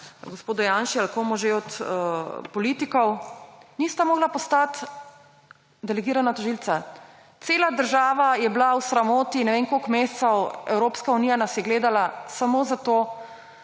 gospodu Janši ali komu že od politikov; nista mogla postati delegirana tožilca. Cela država je bila v sramoti ne vem koliko mesecev, Evropska unija nas je gledala; samo zato,